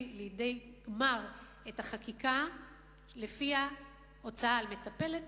לידי גמר את החקיקה שלפיה הוצאה על מטפלת